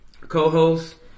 Co-host